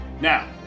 Now